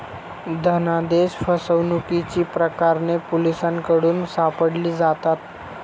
धनादेश फसवणुकीची प्रकरणे पोलिसांकडून सोडवली जातात